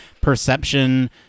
perception